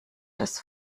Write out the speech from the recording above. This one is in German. das